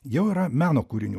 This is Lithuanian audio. jau yra meno kūrinių